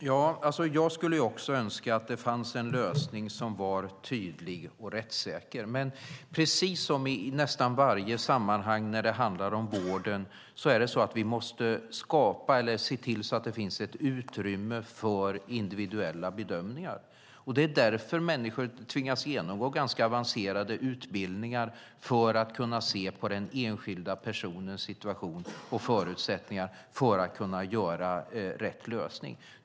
Fru talman! Jag skulle också önska att det fanns en lösning som var tydlig och rättssäker, men precis som i nästan varje sammanhang när det handlar om vården är det så att vi måste se till att det finns ett utrymme för individuella bedömningar. Det är därför människor tvingas genomgå ganska avancerade utbildningar, för att kunna se på den enskilda personens situation och förutsättningar så att man kan ta fram rätt lösning.